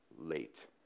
late